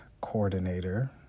coordinator